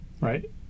Right